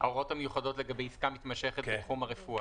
ההוראות המיוחדות לגבי עסקה מתמשכת בתחום הרפואה?